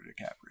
DiCaprio